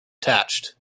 detached